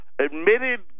admitted